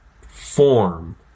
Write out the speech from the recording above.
form